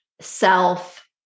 self